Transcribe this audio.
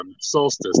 solstice